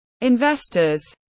investors